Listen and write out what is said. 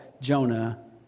Jonah